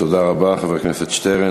תודה רבה, חבר הכנסת שטרן.